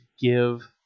Give